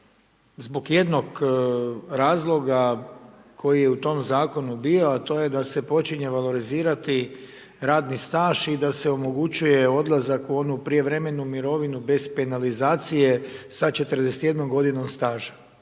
zbog jednog razloga koji je u tom zakonu bio a to je počinjalo valorizirati radni staž i da se omogućuje odlazak u onu prijevremenu mirovinu bez penalizacije sa 41 g. staža.